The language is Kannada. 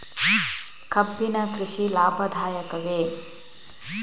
ಕಬ್ಬಿನ ಕೃಷಿ ಲಾಭದಾಯಕವೇ?